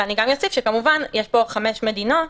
אני גם אוסיף שיש פה חמש מדינות,